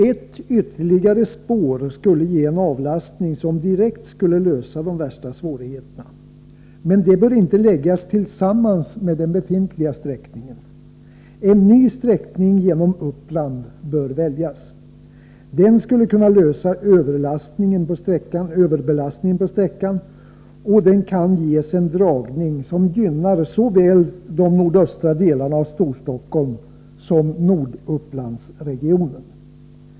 Ett ytterligare spår skulle ge en avlastning som direkt skulle lösa de värsta svårigheterna. Det bör dock inte läggas tillsammans med den befintliga sträckningen. En ny sträckning genom Uppland bör väljas. Den skulle kunna lösa problemet med överbelastningen på sträckan, och den kan ges en dragning som gynnar såväl de nordöstra delarna av Storstockholm som Nordupplandsregionen.